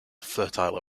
fertile